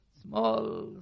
small